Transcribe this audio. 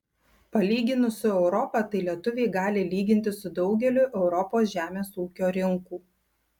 palyginus su europa tai lietuviai gali lygintis su daugeliu europos žemės ūkio rinkų